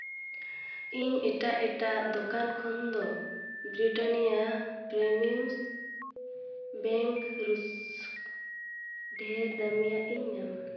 ᱤᱧ ᱮᱴᱟᱜ ᱮᱴᱟᱜ ᱫᱚᱠᱟᱱ ᱠᱷᱚᱱ ᱫᱚ ᱵᱨᱤᱴᱮᱱᱤᱭᱟ ᱯᱨᱮᱢᱤᱭᱩᱥ ᱵᱮᱝᱠ ᱨᱩᱥᱠ ᱰᱷᱮᱨ ᱫᱟᱢᱤᱭᱟᱜ ᱤᱧ ᱧᱟᱢᱟ